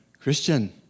Christian